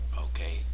okay